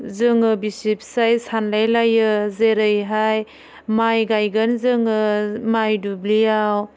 जोङो बिसि फिसाय सानलाय लायो जेरैहाय माय गायगोन जोङो माय दुब्लिआव